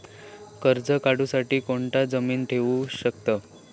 कर्ज काढूसाठी कोणाक जामीन ठेवू शकतव?